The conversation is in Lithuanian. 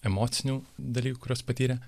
emocinių dalykų kuriuos patyrė